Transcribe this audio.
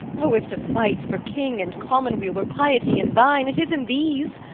o, if to fight for king and commonweal were piety in thine, it is in these.